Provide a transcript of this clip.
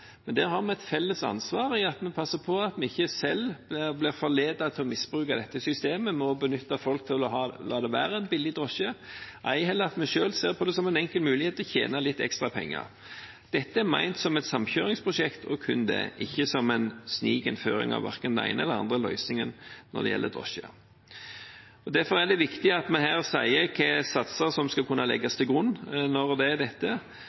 Men der har vi et felles ansvar, ved at vi passer på at vi ikke selv blir forledet til å misbruke dette systemet ved å benytte folk til å la det være en billig drosje, ei heller ved at vi selv ser på det som en enkel mulighet til å tjene litt ekstra penger. Dette er ment som et samkjøringsprosjekt og kun det – ikke som en snikinnføring av verken den ene eller den andre løsningen når det gjelder drosje. Derfor er det viktig at vi sier hvilke satser som skal kunne legges til grunn for dette,